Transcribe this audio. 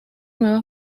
nuevas